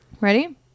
Ready